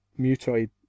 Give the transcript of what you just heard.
mutoid